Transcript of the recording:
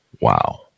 Wow